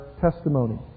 testimony